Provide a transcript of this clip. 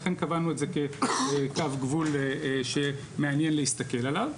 לכן קבענו את זה כקו גבול שמעניין להסתכל עליו.